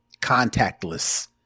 contactless